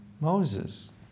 Moses